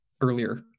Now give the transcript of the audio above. earlier